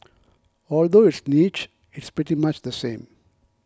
although it's niche it's pretty much the same